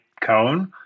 cone